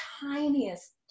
tiniest